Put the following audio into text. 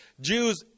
Jews